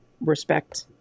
respect